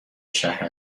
شهر